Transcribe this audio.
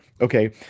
okay